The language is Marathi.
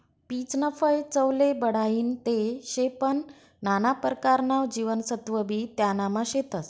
पीचनं फय चवले बढाईनं ते शे पन नाना परकारना जीवनसत्वबी त्यानामा शेतस